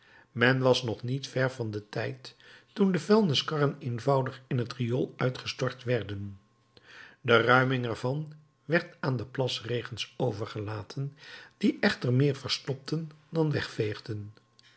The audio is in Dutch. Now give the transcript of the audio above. men was nog niet ver van den tijd toen de vuilniskarren eenvoudig in het riool uitgestort werden de ruiming ervan werd aan de plasregens overgelaten die echter meer verstopten dan